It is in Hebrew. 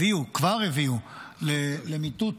כבר הביאו למיטוט